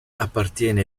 appartiene